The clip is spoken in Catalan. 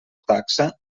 taxa